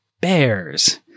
bears